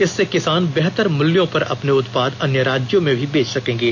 इससे किसान बेहतर मूल्यों पर अपने उत्पाद अन्य राज्यों में भी बेच सकेंगे